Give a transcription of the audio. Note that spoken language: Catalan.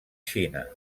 xina